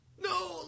No